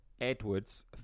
Edward's